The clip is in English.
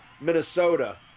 Minnesota